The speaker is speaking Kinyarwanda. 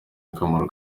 akamaro